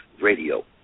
Radio